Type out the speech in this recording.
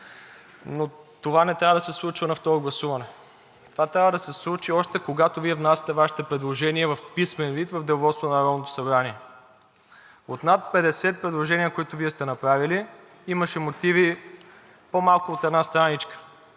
но това не трябва да се случва на второ гласуване. Това трябва да се случи, още когато Вие внасяте Вашите предложения в писмен вид в Деловодството на Народното събрание. От над 50 предложения, които Вие сте направили, имаше мотиви по-малко от една страничка.